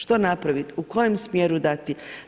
Što napravit, u kojem smjeru dati?